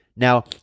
Now